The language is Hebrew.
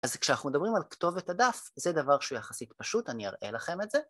אז כשאנחנו מדברים על כתובת הדף, זה דבר שהוא יחסית פשוט, אני אראה לכם את זה.